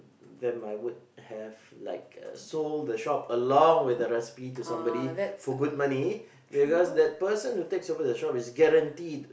them I would have like uh sold the shop along with the recipe to somebody for good money because that person who takes over the shop is guaranteed